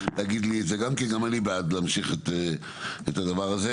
גם אני בעד להמשיך את הדבר הזה.